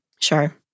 Sure